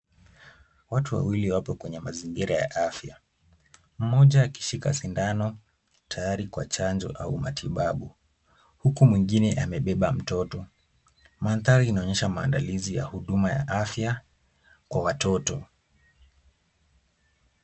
Watu wawili wapo kwenye mazingira ya afya, mmoja akishika sindano, tayari kwa chanjo au matibabu. Huku mwingine amebeba mtoto, mandhari inaonyesha maandalizi ya huduma ya afya kwa watoto.